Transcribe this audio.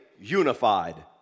unified